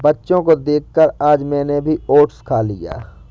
बच्चों को देखकर आज मैंने भी ओट्स खा लिया